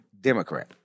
Democrat